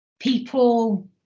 People